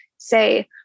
Say